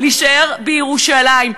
להישאר בירושלים.